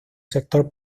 sector